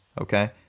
okay